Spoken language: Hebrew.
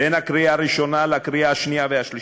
בין הקריאה הראשונה לקריאה השנייה והשלישית,